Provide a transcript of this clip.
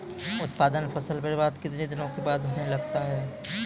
उत्पादन फसल बबार्द कितने दिनों के बाद होने लगता हैं?